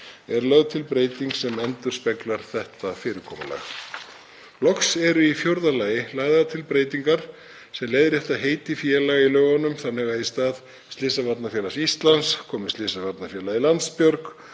Er lögð til breyting sem endurspeglar þetta fyrirkomulag. Loks eru í fjórða lagi lagðar til breytingar sem leiðrétta heiti félaga í lögunum þannig að í stað Slysavarnafélags Íslands komi Slysavarnafélagið Landsbjörg